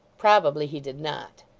probably he did not.